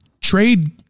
trade